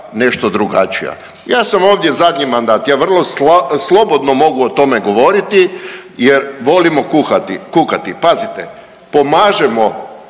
nešto drugačija. Ja sam ovdje zadnji mandat. Ja vrlo slobodno mogu o tome govoriti jer volimo kuhati, kukati. Pazite, pomažemo